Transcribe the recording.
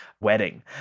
wedding